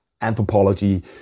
anthropology